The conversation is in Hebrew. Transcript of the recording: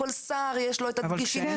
כל שר יש לו את ה- -- אבל ברגע,